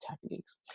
techniques